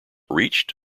reached